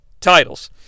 titles